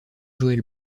joël